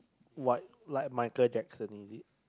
what like Michael-Jackson is it